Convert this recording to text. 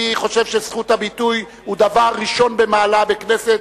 אני חושב שזכות הביטוי היא דבר ראשון במעלה בכנסת,